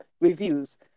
reviews